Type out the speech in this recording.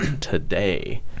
today